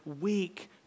weak